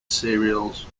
serials